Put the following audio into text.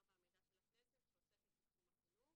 והמידע של הכנסת שעוסקת בתחום החינוך.